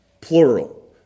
plural